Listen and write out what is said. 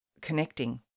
connecting